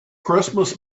christmas